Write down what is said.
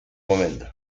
momento